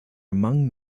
among